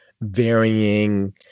varying